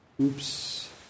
oops